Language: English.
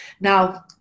Now